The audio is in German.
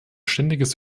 ständiges